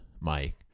Mike